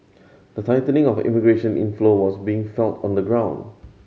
the tightening of immigration inflow was being felt on the ground